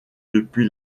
depuis